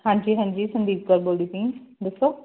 ਹਾਂਜੀ ਹਾਂਜੀ ਸੰਦੀਪ ਕੌਰ ਬੋਲਦੀ ਪਈ ਹਾਂ ਦੱਸੋ